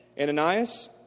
Ananias